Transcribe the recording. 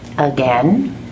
Again